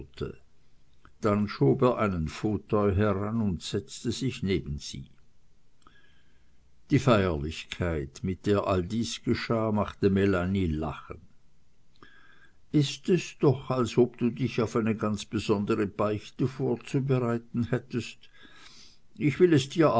dann schob er einen fauteuil heran und setzte sich neben sie die feierlichkeit mit der all dies geschah machte melanie lachen ist es doch als ob du dich auf eine ganz besondere beichte vorzubereiten hättest ich will es dir